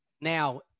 now